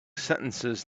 sentences